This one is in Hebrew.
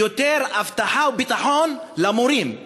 ויותר אבטחה וביטחון למורים.